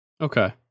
Okay